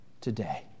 today